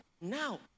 now